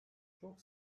çok